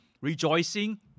rejoicing